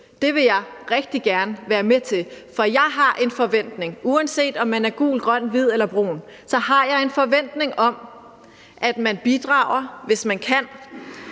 Det vil jeg rigtig gerne være med til, for jeg har en forventning om, at man – uanset om man er gul, grøn, hvid eller brun – bidrager, hvis man kan.